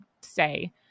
say